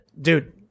Dude